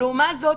לעומת זאת,